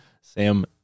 Sam